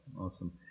awesome